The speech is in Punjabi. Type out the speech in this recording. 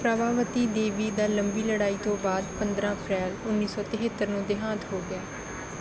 ਪ੍ਰਭਾਵਤੀ ਦੇਵੀ ਦਾ ਲੰਬੀ ਲੜਾਈ ਤੋਂ ਬਾਅਦ ਪੰਦਰਾਂ ਅਪ੍ਰੈਲ ਉੱਨੀ ਸੌ ਤੇਹਤਰ ਨੂੰ ਦੇਹਾਂਤ ਹੋ ਗਿਆ